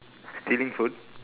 stealing food